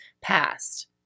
past